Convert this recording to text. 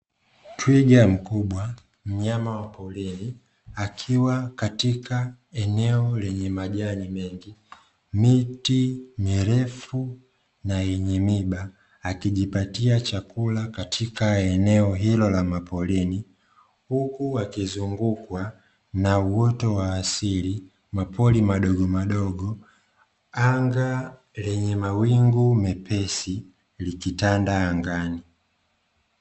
Twiga mkubwa mnyama wa porini akiwa katika eneo lenye majani mengi, miti mirefu na yenye miba, akijipatia chakula katika eneo hilo la maporini, huku akizungukwa na uoto wa asili, mapori madogo madogo, anga lenye mawingu mepesi likitanda angani.